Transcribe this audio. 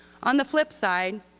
on the flip side,